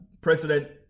President